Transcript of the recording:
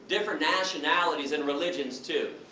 different nationalities and religions too,